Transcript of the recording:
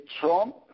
Trump